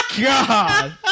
God